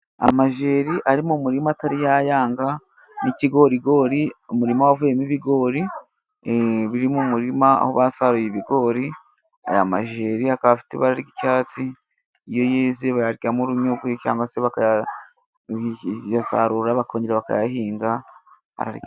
Amajeri ari mu muririma atari yayanga, n'ikigorigori umurima wavuyemo ibigori biri mu muririma aho basaruye ibigori, aya majeri akaba afite ibara ry'icyatsi iyo yeze bayaryamo urunyogwe cyangwa se bakayasarura bakongera bakayahinga, araryohaga.